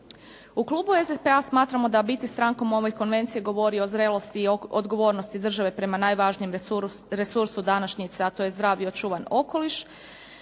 U klubu SDP-a smatramo da biti strankom ove konvencije govori o zrelosti i odgovornosti države prema najvažnijem resursu današnjice a to je zdrav i očuvan okoliš